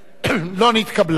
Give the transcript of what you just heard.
לא נתקבלה.